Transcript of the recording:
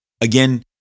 Again